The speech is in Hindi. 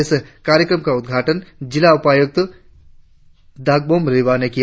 इस कार्यक्रम का उदघाटन जिला उपायुक्त दागबोम रिबा ने किया